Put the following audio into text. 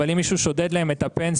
אבל אם מישהו שודד להם את הפנסיה.